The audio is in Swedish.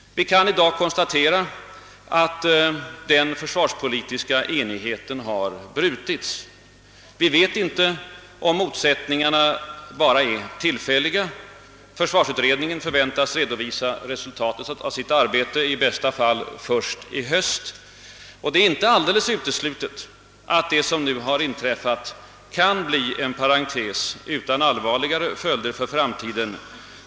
Vi kan i dag konstatera att den försvarspolitiska enheten har brutits. Vi vet inte om motsättningarna bara är tillfälliga. Försvarsutredningen väntas i bästa fall redovisa resultatet av sitt arbete kommande höst, och det är inte alldeles uteslutet att det som nu inträffat kan bli en parentes utan allvarligare följder för framtiden.